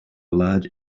large